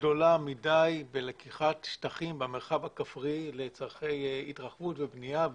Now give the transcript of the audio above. גדולה מדי בלקיחת שטחים במרחב הכפרי לצרכי התרחבות ובנייה,